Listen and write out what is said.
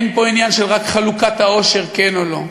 אין פה עניין רק של חלוקת העושר, כן או לא,